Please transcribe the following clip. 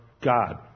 God